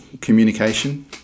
communication